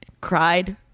cried